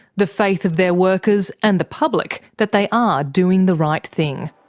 the faith of their workers and the public that they are doing the right thing.